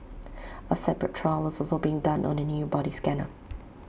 A separate trial is also being done on A new body scanner